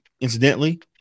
incidentally